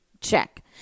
check